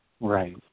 Right